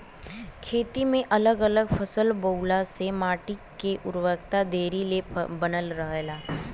खेती में अगल अलग फसल बोअला से माटी के उर्वरकता देरी ले बनल रहेला